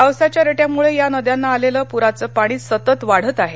पावसाच्या रेट्यामुळे या नद्यांना आलेल पुराचे पाणी सतत वाढत आहे